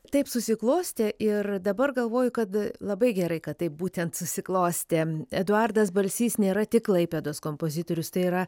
taip susiklostė ir dabar galvoju kad labai gerai kad taip būtent susiklostė eduardas balsys nėra tik klaipėdos kompozitorius tai yra